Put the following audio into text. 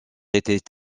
était